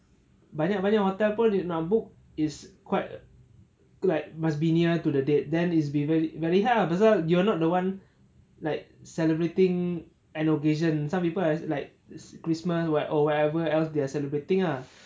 banyak banyak hotel pun nak book is quite hard must be nearer to the date then it's be very very hard lah pasal you're not the one like celebrating an occasion some people are like christmas where or whatever else they are celebrating ah